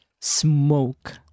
smoke